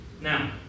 Now